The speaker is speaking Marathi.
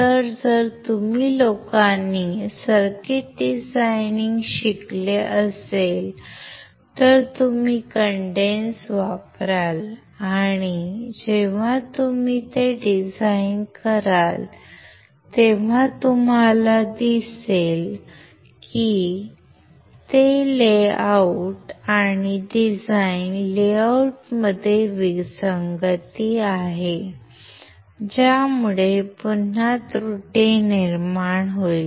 तर जर तुम्ही लोकांनी सर्किट डिझायनिंग शिकले असेल तर तुम्ही कडेन्स वापराल आणि जेव्हा तुम्ही ते डिझाईन कराल तेव्हा तुम्हाला दिसेल की लेआउट आणि डिझाईन लेआउटमध्ये विसंगती आहे ज्यामुळे पुन्हा त्रुटी निर्माण होईल